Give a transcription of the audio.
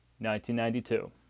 1992